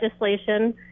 legislation